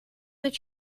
that